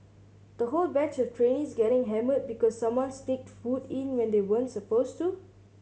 the whole batch of trainees getting hammered because someone sneaked food in when they weren't supposed to